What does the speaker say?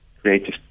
creative